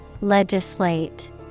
Legislate